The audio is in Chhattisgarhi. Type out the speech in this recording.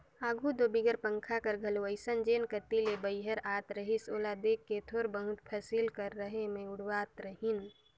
आघु दो बिगर पंखा कर घलो अइसने जेन कती ले बईहर आत रहिस ओला देख के थोर बहुत फसिल कर रहें मे उड़वात रहिन